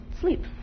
sleep